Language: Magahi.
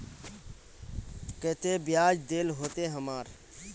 केते बियाज देल होते हमरा?